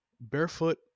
barefoot